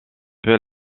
peu